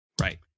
Right